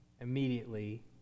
immediately